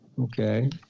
Okay